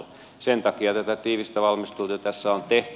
sen takia tätä tiivistä valmistelutyötä tässä on tehty